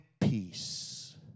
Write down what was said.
peace